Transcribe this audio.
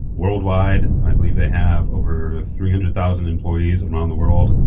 worldwide i believe they have over three hundred thousand employees around the world,